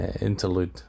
interlude